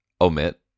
omit